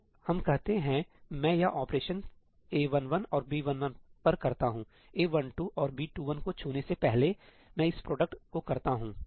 तो हम कहते हैं मैं यह ऑपरेशन A11 और B11 पर करता हूं A12 और B21 को छूने से पहले मैं इस प्रोडक्ट को करता हूं